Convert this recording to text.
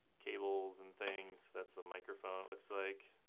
cables and things. that's the microphone it looks like,